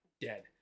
dead